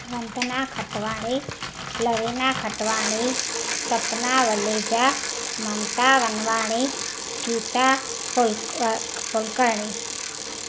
वंदना खटवाणी लविना खटवाणी सपना वलेजा ममता वनवाणी गीता फुल फुलकरणी